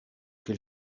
quel